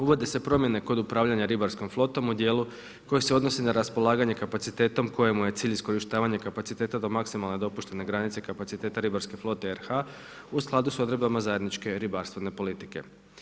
Uvode se promjene kod upravljanja ribarskom flotom u dijelu koji se odnosi na raspolaganje kapacitetom kojemu je cilj iskorištavanje kapaciteta do maksimalne dopuštene granice kapaciteta ribarske flote RH u skladu s odredbama zajedničke ribarstvene politike.